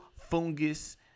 Fungus